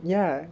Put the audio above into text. ya